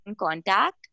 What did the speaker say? contact